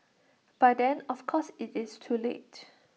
by then of course IT is too late